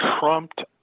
trumped